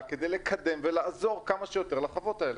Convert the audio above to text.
כדי לקדם ולעזור כמה שיותר לחוות האלה.